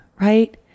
right